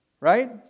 Right